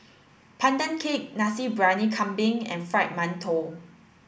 pandan cake Nasi Briyani Kambing and fried Mantou